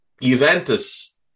Juventus